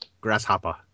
Grasshopper